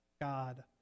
God